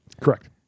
Correct